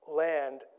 land